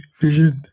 vision